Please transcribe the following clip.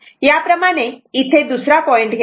याप्रमाणे इथे दुसरा पॉईंट घ्या